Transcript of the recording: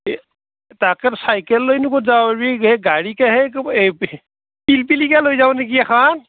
তাকেতো চাইকেল লৈনো ক'ত যাবা পাৰবি এ গাড়ীকে পিলপিলিকে লৈ যাওঁ নেকি এখন